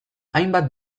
hainbat